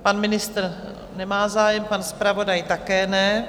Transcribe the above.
Pan ministr nemá zájem, pan zpravodaj také ne.